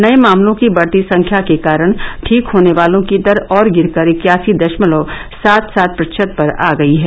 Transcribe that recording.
नए मामलों की बढ़ती संख्या के कारण ठीक होने वालों की दर और गिरकर इक्यासी दशलमव सात सात प्रतिशत पर आ गई है